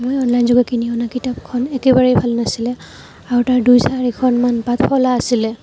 মই অনলাইন যোগে কিনি অনা কিতাপখন একেবাৰেই ভাল নাছিলে আৰু তাৰ দুই চাৰিখনমান পাত ফলা আছিলে